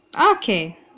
Okay